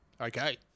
Okay